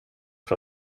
för